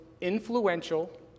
influential